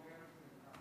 אמסלם.